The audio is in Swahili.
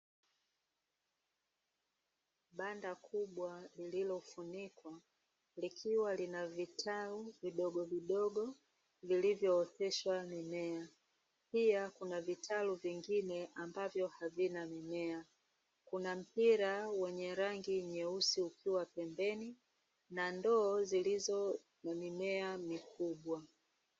Banda kubwa lililofunikwa likiwa lina vitalu vidogo vidogo, vilivyooteshwa mimea. Pia kuna vitalu vingine ambavyo havina mimea. Kuna mpira wenye rangi nyeusi ukiwa pembeni na ndoo zilizo na mimea mikubwa.